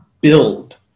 build